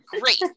great